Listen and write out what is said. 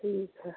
ठीक है